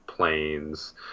planes